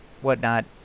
whatnot